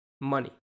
money